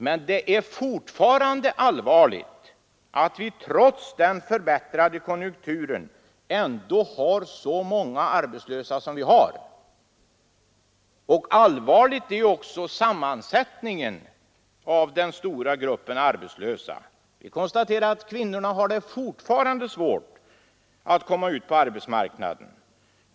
Men det är fortfarande allvarligt att vi trots den förbättrade konjunkturen har så många arbetslösa som vi har. Allvarlig är också sammansättningen av den stora gruppen arbetslösa. Kvinnorna har fortfarande svårt att komma ut på arbetsmarknaden.